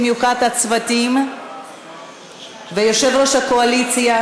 במיוחד הצוותים ויושב-ראש הקואליציה.